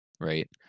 right